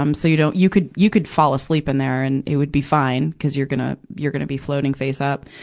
um so you don't you could, you could fall asleep in there and it would be fine, cuz you're gonna, you're gonna be floating face-up.